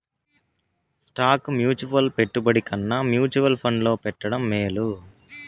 stock mutual పెట్టుబడి కన్నా mutual ఫండ్లో పెట్టడం మేలు